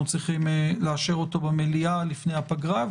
צריכים לאשר אותו במליאה לפני הפגרה,